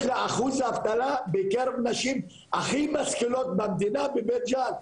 יש לאחוז האבטלה בעיקר נשים הכי משכילות במדינה בבית ג'אן,